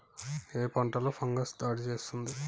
ఏ పంటలో ఫంగస్ దాడి చేస్తుంది?